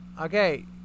okay